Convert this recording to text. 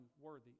worthy